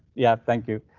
yeah, thank you.